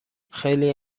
خیلی